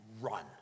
run